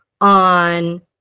on